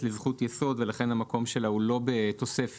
לזכות יסוד ולכן המקום שלה הוא לא בתוספת.